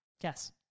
Yes